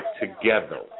together